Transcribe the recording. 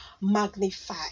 magnify